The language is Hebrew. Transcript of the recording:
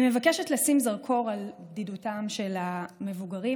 אני מבקשת לשים זרקור על בדידותם של המבוגרים,